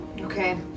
Okay